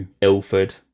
Ilford